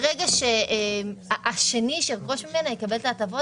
ברגע שהשני שירכוש ממנה יקבל את ההטבות,